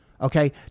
okay